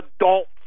adults